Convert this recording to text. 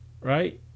right